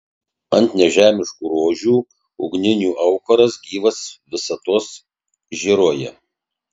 ant nežemiškų rožių ugninių aukuras gyvas visatos žėruoja